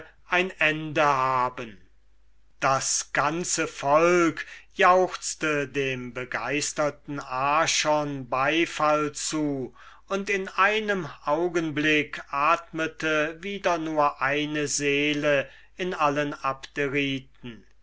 ein ende haben das ganze volk jauchzte dem begeisterten archon beifall zu und in einem augenblick atmete wieder nur eine seele in allen